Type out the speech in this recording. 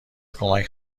کمک